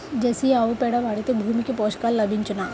Jersey ఆవు పేడ వాడితే భూమికి పోషకాలు లభించునా?